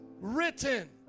written